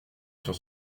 sur